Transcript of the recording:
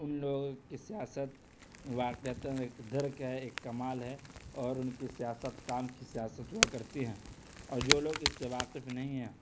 ان لوگوں کی سیاست واقعتاً ایک درک ہے ایک کمال ہے اور ان کی سیاست کام کی سیاست ہوا کرتی ہیں اور جو لوگ اس سے واقف نہیں ہیں